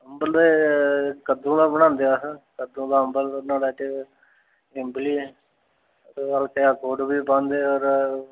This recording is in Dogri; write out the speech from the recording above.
अम्बल ते कद्दूं दा बनांदे अस कद्दूं दा अम्बल बनाना ते इंबली ओह्दे बाद केह् आखदे गुड़ बी पांदे होर